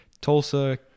Tulsa